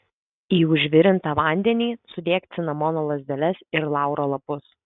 į užvirintą vandenį sudėk cinamono lazdeles ir lauro lapus